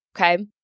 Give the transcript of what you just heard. okay